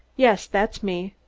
yes, that's me.